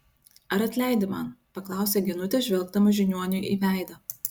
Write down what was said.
ar atleidi man paklausė genutė žvelgdama žiniuoniui į veidą